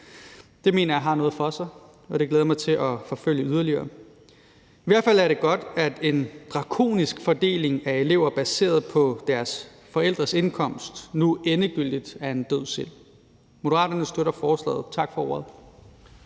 Det mener jeg har noget for sig, og det glæder jeg mig til at forfølge yderligere. I hvert fald er det godt, at en drakonisk fordeling af elever baseret på deres forældres indkomst nu endegyldigt er en død sild. Moderaterne støtter forslaget. Tak for ordet.